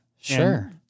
Sure